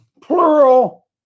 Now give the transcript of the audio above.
Plural